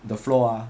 the floor ah